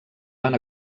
van